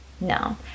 No